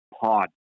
Pod